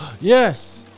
Yes